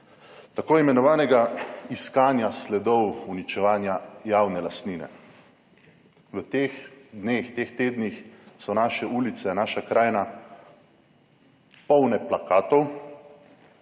tako imenovanega iskanja sledov uničevanja javne lastnine. V teh dneh, teh tednih so naše ulice, naša krajina polna plakatov